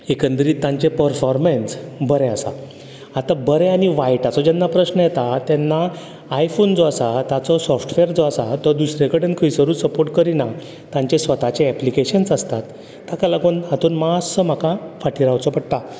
एकंदरीत तांचें पर्फोरमेंस बरें आसा आतां बरें आनी वायटाचो जेन्ना प्रश्न येता तेन्ना आयफोन जो आसा ताचो सॉफ्टवेअर जो आसा तो दुसरे कडेन खंयसरूय सपोर्ट करिना तांचें स्वताचें एप्लिकेशन्स आसतात ताका लागून हातून मातसो म्हाका फाटीं रावचो पडटा